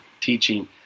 teaching